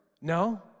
No